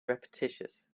repetitious